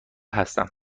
هستم